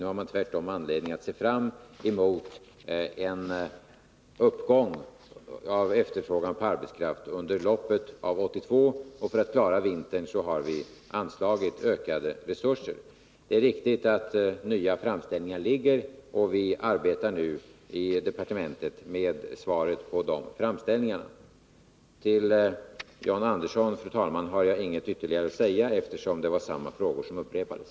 Nu har man tvärtom anledning att se fram emot en uppgång i efterfrågan på arbetskraft under loppet av 1982, och för att klara vintern har vi anslagit ökade resurser. Det är riktigt att det föreligger nya framställningar, och vi arbetar nu i departementet med svaren på dem. Till John Andersson, fru talman, har jag inget ytterligare att säga, eftersom det var samma frågor som upprepades.